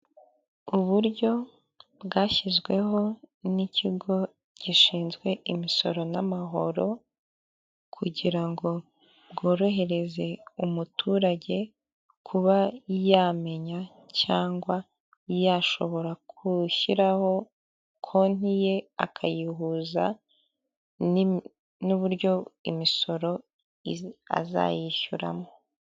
Uburyo bwashyizweho n'Ikigo Gishinzwe Imisoro n'Amahoro, kugira ngo bworohereze umuturage kuba yamenya, cyangwa yashobora gushyiraho konti ye, akayihuza n'uburyo imisoro azayishyuramo.